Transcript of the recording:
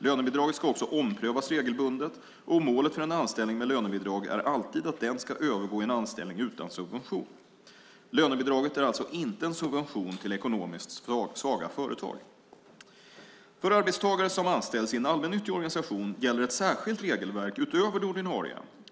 Lönebidraget ska också omprövas regelbundet, och målet för en anställning med lönebidrag är alltid att den ska övergå i en anställning utan subvention. Lönebidraget är alltså inte en subvention till ekonomiskt svaga företag. För arbetstagare som anställs i en allmännyttig organisation gäller ett särskilt regelverk utöver det ordinarie.